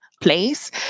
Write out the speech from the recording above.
place